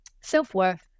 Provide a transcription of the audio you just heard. Self-worth